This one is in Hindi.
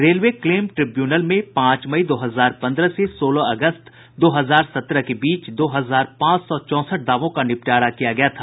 रेलवे क्लेम ट्रिब्यूनल में पांच मई दो हजार पन्द्रह से सोलह अगस्त दो हजार सत्रह के बीच दो हजार पांच सौ चौंसठ दावों का निपटारा किया गया था